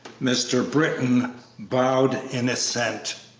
mr. britton bowed in assent.